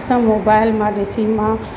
असां मोबाइल मां ॾिसी मां